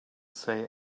say